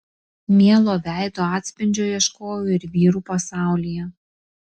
mielo veido atspindžio ieškojau ir vyrų pasaulyje